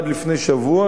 עד לפני שבוע,